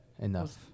Enough